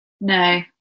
no